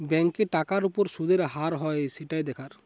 ব্যাংকে টাকার উপর শুদের হার হয় সেটাই দেখার